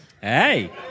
Hey